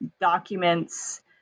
documents